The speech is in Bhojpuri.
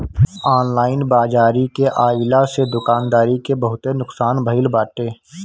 ऑनलाइन बाजारी के आइला से दुकानदारी के बहुते नुकसान भईल बाटे